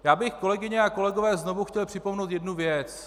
Já bych, kolegyně a kolegové, znovu chtěl připomenout jednu věc.